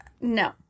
No